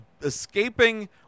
escaping